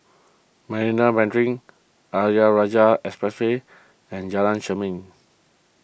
Marina Mandarin Ayer Rajah Expressway and Jalan Jermin